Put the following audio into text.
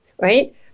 right